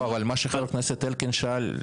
חבר הכנסת אלקין שואל: